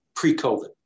Pre-COVID